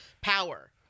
power